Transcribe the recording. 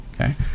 Okay